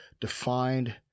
defined